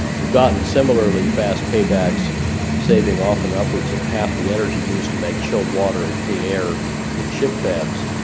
we've gotten similarly fast paybacks saving often upwards of half the energy used to make chilled water, and clean air in chip-fabs.